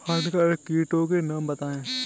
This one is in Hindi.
हानिकारक कीटों के नाम बताएँ?